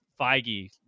Feige